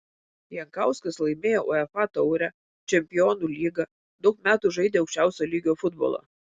jankauskas laimėjo uefa taurę čempionų lygą daug metų žaidė aukščiausio lygio futbolą